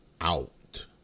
out